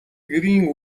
гэрийн